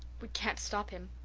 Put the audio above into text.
we can't stop him,